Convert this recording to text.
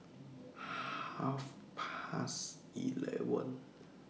Half Past eleven